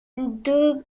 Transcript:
voûtée